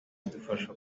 idufashe